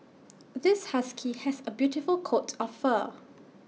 this husky has A beautiful coat of fur